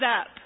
up